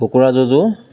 কুকুৰা যুঁজো